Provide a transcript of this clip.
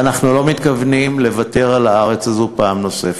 ואנחנו לא מתכוונים לוותר על הארץ הזאת פעם נוספת,